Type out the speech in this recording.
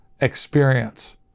experience